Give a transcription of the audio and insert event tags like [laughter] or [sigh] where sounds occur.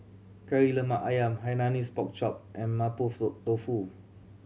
Kari Lemak Ayam Hainanese Pork Chop and mapo [unintelligible] tofu